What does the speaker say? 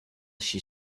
she